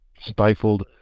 stifled